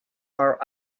are